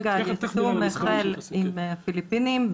כרגע היישום החל עם הפיליפינים,